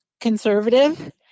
conservative—